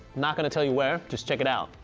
not gonna tell you where. just check it out.